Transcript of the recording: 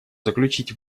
заключить